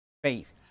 Faith